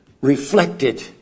reflected